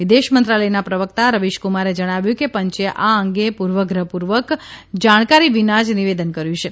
વિદેશ મંત્રાલયના પ્રવકતા રવીશકુમારે જણાવ્યું કે પંચે આ અંગે પૂર્વગ્રહપૂર્વક જાણકારી વિના જ નિવેદન કર્યું છે